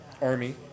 army